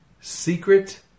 secret